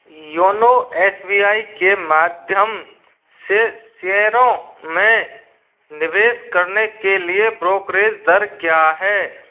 YONO S B I के माध्यम से शेयरों में निवेश करने के लिए ब्रोकरेज दर क्या है